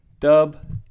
Dub